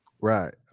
right